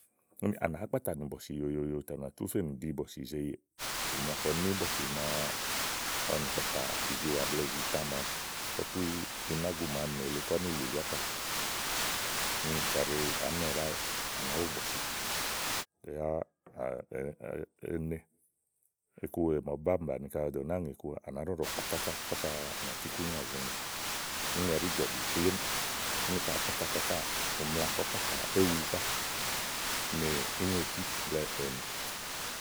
à nàá kpatà nì bɔ̀sì yóyó yò tè à nà tú fènì ɖi bɔ̀sì zèe yèè ò, ù mla kɔ ní bɔ̀sì màa ɔwɔ nì kpàtà ìziwà blɛ̀ɛ ìzitã màawu kɔ tú inágu màa nè kɔ ni lùlù ákà úni kàɖi àá nɛɖàá wɛ̀, kɔ̀ wo bɔ̀sì tè yá èé ne iku wèe màa ɔwɔ ɖò nàáa bàni kaɖi ò dò nàáa ŋè iku à nàá ɖɔɖɔ̀ kpàtà ákà kása à nà tú ikúnyà zèeŋè úni ɛɖí jɔ̀ blù plémú. úni ka àá kpatà áka káà ù mla kɔ̀ kpatà éwu ká nì íŋètí blɛ̀ɛ ènù.